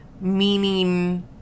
meaning